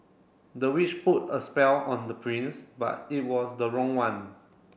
the witch put a spell on the prince but it was the wrong one